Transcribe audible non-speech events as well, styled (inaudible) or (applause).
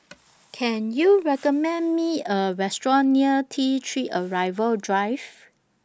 (noise) Can YOU recommend Me A Restaurant near T three Arrival Drive